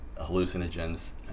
hallucinogens